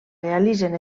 realitzen